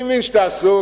אני מבין שאתה עסוק.